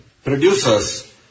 Producers